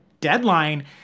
deadline